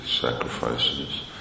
sacrifices